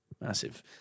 massive